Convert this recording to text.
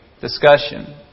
Discussion